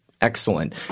Excellent